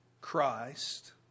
Christ